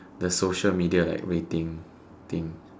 the social media like waiting thing